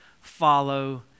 follow